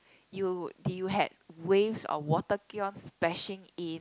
you do you had waves or water keep on splashing in